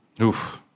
oof